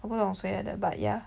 我不懂谁来的:wo bu shei lai de but ya